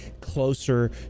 closer